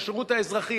את השירות האזרחי,